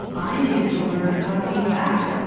i needed to learn how to lean back,